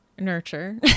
nurture